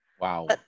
Wow